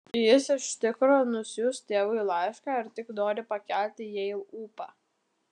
jis iš tikro nusiųs tėvui laišką ar tik nori pakelti jai ūpą